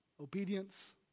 obedience